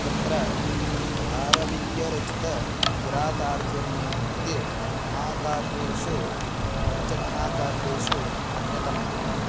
तत्र भारवीयरचितकिरातार्जुनीयम् इति महाकाव्येषु पञ्चमहाकाव्येषु अन्यतमः